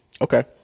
Okay